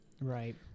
Right